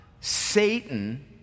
Satan